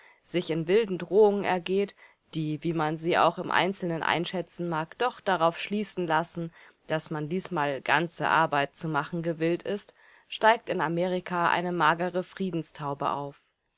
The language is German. sich in wilden drohungen ergeht die wie man sie auch im einzelnen einschätzen mag doch darauf schließen lassen daß man diesmal ganze arbeit zu machen gewillt ist steigt in amerika eine magere friedenstaube auf